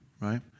right